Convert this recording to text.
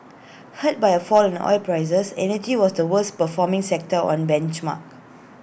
hurt by A fall in oil prices energy was the worst performing sector on benchmark